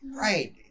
right